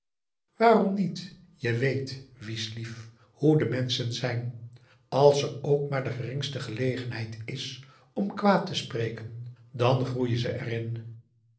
waarom niet je weet wies lief hoe de menschen zijn als er ook maar de geringste gelegenheid is om kwaad te spreken dan groeien ze er